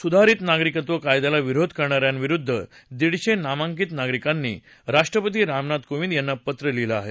सुधारित नागरिकत्व कायद्याला विरोध करणाऱ्यांविरुद्ध दिडशे नामांकित नागरिकांनी राष्ट्रपती रामनाथ कोविंद यांना पत्र लिहिलं आहे